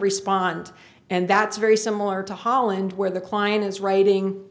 respond and that's very similar to holland where the client is writing